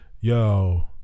yo